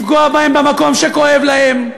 לפגוע בהם במקום שכואב להם.